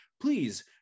please